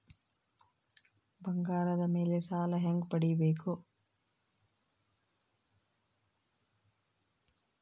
ಬಂಗಾರದ ಮೇಲೆ ಸಾಲ ಹೆಂಗ ಪಡಿಬೇಕು?